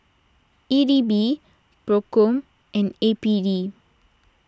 E D B Procom and A P D